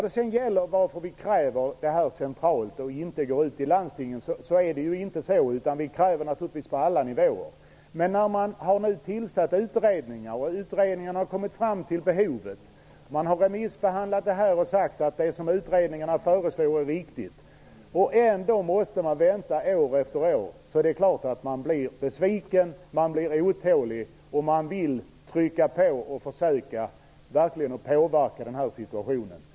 Det är inte så att vi kräver detta centralt i stället för att gå ut i landstingen. Vi kräver naturligtvis detta på alla nivåer. Men man har tillsatt utredningar, och utredningarna har kommit fram till behov. Man har remissbehandlat detta och sagt att det utredningarna föreslår är viktigt. Ändå måste patienterna vänta år efter år. Det är klart att de blir besvikna och otåliga och vill trycka på och försöka att verkligen påverka situationen.